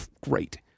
great